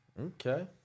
Okay